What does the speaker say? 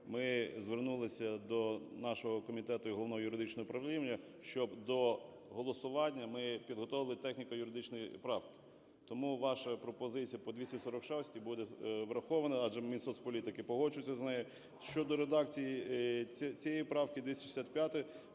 ми звернулися до нашого комітету і Головного юридичного управління, щоб до голосування ми підготували техніко-юридичні правки. Тому ваша пропозиція по 246-й буде врахована, адже Мінсоцполітики погоджується з нею. Щодо редакції цієї правки, 265-ї,